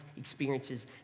experiences